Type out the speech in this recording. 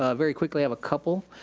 ah very quickly, i have a couple.